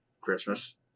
Christmas